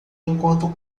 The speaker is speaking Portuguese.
enquanto